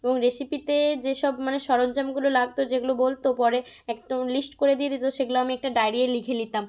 এবং রেসিপিতে যেসব মানে সরঞ্জামগুলো লাগত যেগুলো বলত পরে একদম লিস্ট করে দিয়ে দিত সেগুলো আমি একটা ডাইরিয়ে লিখে নিতাম